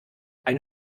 ein